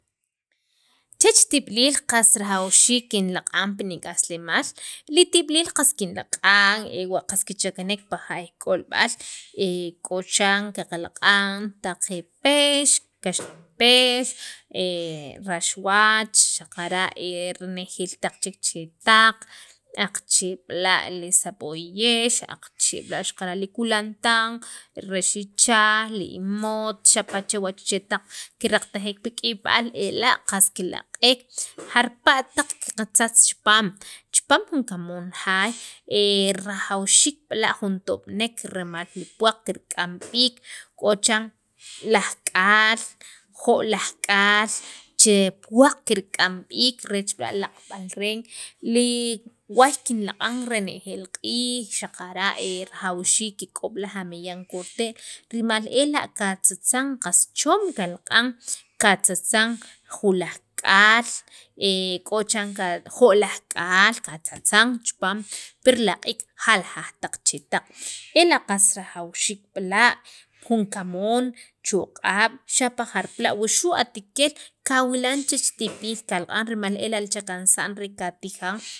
chech tib'iliil qas rajawxiik kinlaq'an pi nik'aslemaal li tib'iliil qas kinlaq'an ewa' qas kichakanek pi jaay k'olb'al k'o chirna qalak'an pex kaxlanpex raxwach xaqara' rrenejeel nik'yaj chek chetaq aqache' b'la' li seb'oyex qaqche' b'la' kulantan, rax ichaj, li imo't xapa' chewa' li chetaq kiraqatej pi k'iyb'al ela' qas kilaq'ek jarpa' taq qatzatz chipaam chipaam jun kamoon jaay rajawxiik b'la' jun tob'nek rimal li puwaq kirk'am b'iik k'o chiran laj k'aal jo'laj k'aal che puwaq kirk'am b'iik reech b'la' laq'b'al reen li waay kinlaq'an renejeel q'iij xaqara' rajawxiik kik'ob' laj ameyan kirte'l rimal ela' katzatzan qas chom qalaq'an katzatzan ju'laj k'aal k'o chiran jo'laj k'aal katzatzan chipaam pi laq'iik jaljaq taq chetaq ela' qas rajawxiik b'la' jun kamoon choq'ab' xapa' jarpala' wuxu' atikeel kawilan chich tib'iliil kalaq'an rimal ela' li chakansa'n re katijan.